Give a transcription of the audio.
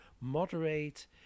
moderate